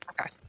Okay